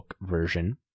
version